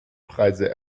preise